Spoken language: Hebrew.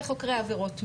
וחוקרי עבירות מין,